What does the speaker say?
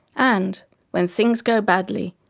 and when things go badly,